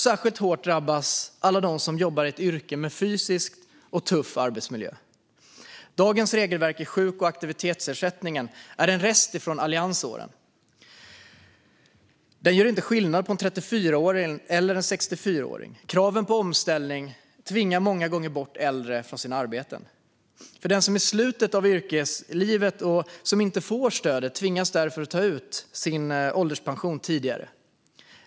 Särskilt hårt drabbas de som jobbar i ett yrke med fysisk och tuff arbetsmiljö. Dagens regelverk i sjuk och aktivitetsersättningen är en rest från alliansåren. Det görs inte skillnad på en 34-åring eller 64-åring. Kraven på omställning tvingar många gånger bort äldre från deras arbeten. Den som är i slutet av yrkeslivet och inte får stödet tvingas därför ta ut sin ålderspension tidigare.